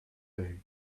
day